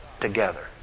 together